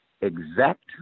exact